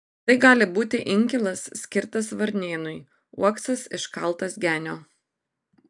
tai gali būti inkilas skirtas varnėnui uoksas iškaltas genio